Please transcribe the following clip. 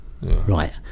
right